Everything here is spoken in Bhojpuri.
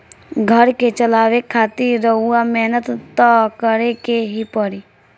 घर के चलावे खातिर रउआ मेहनत त करें के ही पड़ी